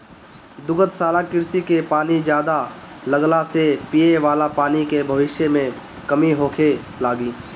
दुग्धशाला कृषि में पानी ज्यादा लगला से पिये वाला पानी के भविष्य में कमी होखे लागि